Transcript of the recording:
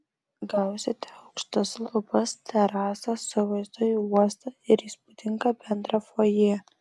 gausite aukštas lubas terasą su vaizdu į uostą ir įspūdingą bendrą fojė